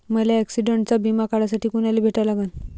मले ॲक्सिडंटचा बिमा काढासाठी कुनाले भेटा लागन?